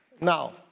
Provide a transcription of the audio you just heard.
Now